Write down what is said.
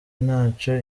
ntaco